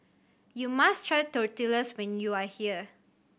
you must try Tortillas when you are here